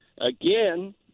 again